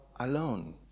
alone